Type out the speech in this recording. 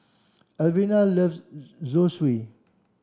Alvena love Zosui